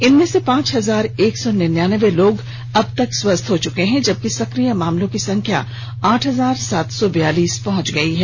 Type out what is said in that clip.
इनमें से पांच हजार एक सौ निनयान्बे लोग अबतक स्वस्थ हो चुके हैं जबकि सक्रिय मामलों की संख्या आठ हजार सात सौ बियालीस पहुंच गयी है